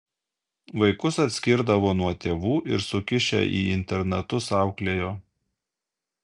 vaikus atskirdavo nuo tėvų ir sukišę į internatus auklėjo